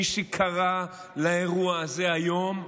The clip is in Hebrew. מי שקרא לאירוע הזה היום,